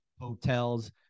hotels